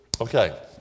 Okay